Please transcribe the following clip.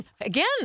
again